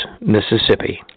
Mississippi